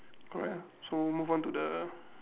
correct ah so move on to the